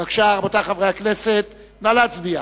רבותי חברי הכנסת, נא להצביע.